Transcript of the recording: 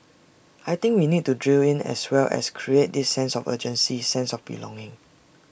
I think we need to drill in as well as create this sense of urgency sense of belonging